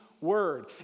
word